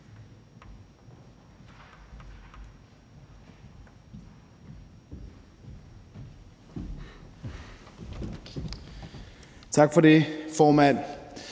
Tak for det, formand.